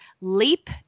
leap